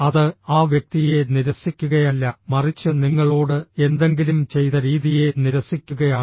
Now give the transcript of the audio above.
അത് ആ വ്യക്തിയെ നിരസിക്കുകയല്ല മറിച്ച് നിങ്ങളോട് എന്തെങ്കിലും ചെയ്ത രീതിയെ നിരസിക്കുകയാണ്